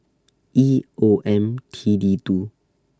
E O M T D two